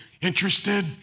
interested